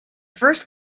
first